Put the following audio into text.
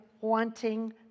wanting